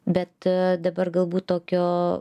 bet dabar galbūt tokio